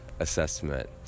assessment